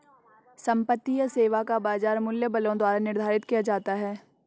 संपत्ति या सेवा का बाजार मूल्य बलों द्वारा निर्धारित किया जाता है